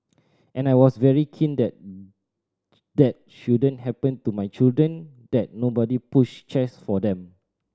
and I was very keen that that shouldn't happen to my children that nobody pushed chairs for them